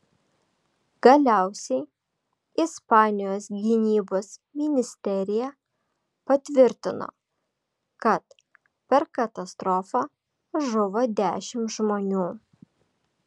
galiausiai ispanijos gynybos ministerija patvirtino kad per katastrofą žuvo dešimt žmonių